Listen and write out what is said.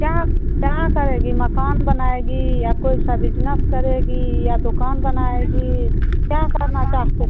क्या क्या करेगी मकान बनाएगी या कोई सा बिज़नेस करेगी या दुकान बनाएगी क्या करना चाहती